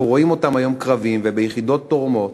אנחנו רואים אותם היום קרביים וביחידות תורמות.